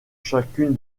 chacune